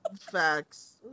Facts